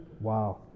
Wow